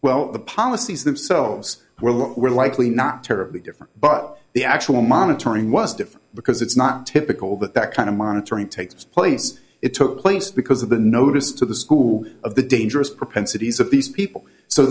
well the policies themselves were look we're likely not terribly different but the actual monitoring was different because it's not typical that that kind of monitoring takes place it took place because of the notice to the school of the dangerous propensities of these people so